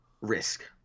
risk